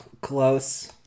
close